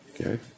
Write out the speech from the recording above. Okay